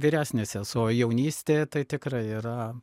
vyresnė sesuo jaunystė tai tikrai yra